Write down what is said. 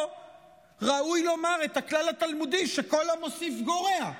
פה ראוי לומר את הכלל התלמודי "כל המוסיף גורע".